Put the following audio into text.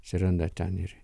atsiranda ten ir